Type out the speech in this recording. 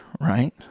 right